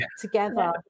together